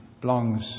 belongs